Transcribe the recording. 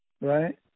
right